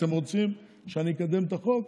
אתם רוצים שאני אקדם את החוק,